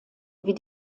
wie